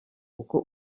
uko